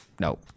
No